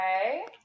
Okay